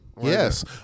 Yes